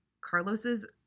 Carlos's